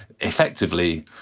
effectively